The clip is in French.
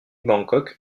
bangkok